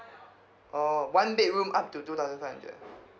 orh one bedroom up to two thousand firve hundred